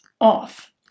off